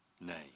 name